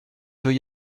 veut